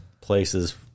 places